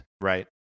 Right